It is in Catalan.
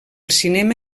cinema